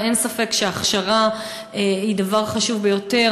ואין ספק שהכשרה היא דבר חשוב ביותר.